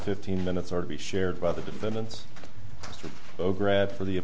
fifteen minutes or to be shared by the defendants grab for the